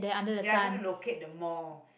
we are trying to locate the mall